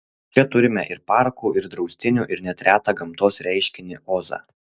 čia turime ir parkų ir draustinių ir net retą gamtos reiškinį ozą